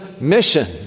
mission